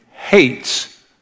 Hates